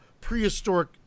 prehistoric